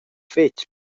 fetg